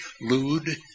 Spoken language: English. lewd